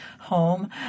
home